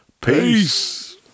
Peace